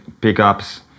pickups